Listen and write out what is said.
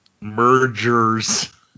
Mergers